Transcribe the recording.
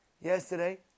Yesterday